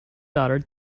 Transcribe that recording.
daughter